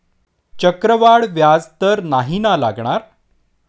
चक्रवाढ व्याज तर नाही ना लागणार?